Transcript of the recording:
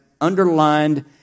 underlined